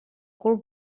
cul